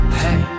hey